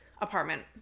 apartment